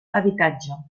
habitatge